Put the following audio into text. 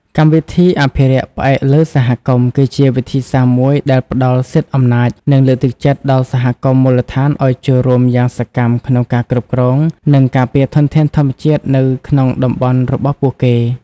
កម្មវិធីអភិរក្សផ្អែកលើសហគមន៍ គឺជាវិធីសាស្រ្តមួយដែលផ្ដល់សិទ្ធិអំណាច និងលើកទឹកចិត្តដល់សហគមន៍មូលដ្ឋានឱ្យចូលរួមយ៉ាងសកម្មក្នុងការគ្រប់គ្រង និងការពារធនធានធម្មជាតិនៅក្នុងតំបន់របស់ពួកគេ។